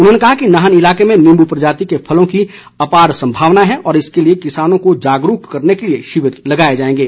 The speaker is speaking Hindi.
उन्होंने कहा कि नाहन इलाके में नीबू प्रजाति के फलों की आपार संभावना हैं और इसके लिए किसानों को जागरूक करने के लिए शिविर लगाए जाएंगे